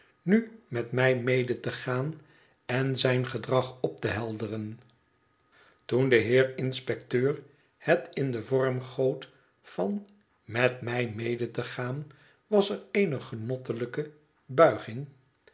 nu met mij mede te gaan en zijn gedrag op te helderen toen de heer inspecteur het in den vorm goot van met mij mede te gaan was er eene genottelijke buiging